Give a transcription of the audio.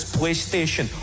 PlayStation